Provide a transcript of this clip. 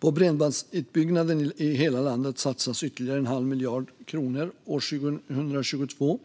På bredbandsutbyggnaden i hela landet satsas ytterligare en halv miljard kronor år 2022.